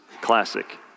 classic